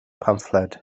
pamffled